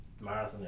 marathon